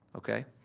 okay?